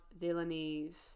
Villeneuve